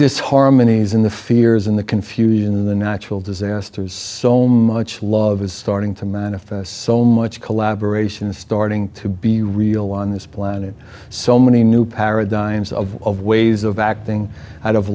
disharmonies in the fears in the confusion the natural disasters so much love is starting to manifest so much collaboration is starting to be real on this planet so many new paradigms of of ways of acting out of